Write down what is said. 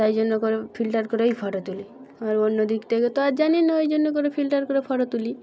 তাই জন্য করে ফিল্টার করেই ফটো তুলি আর অন্য দিক থেকে তো আর জানি না ওই জন্য করে ফিল্টার করে ফটো তুলি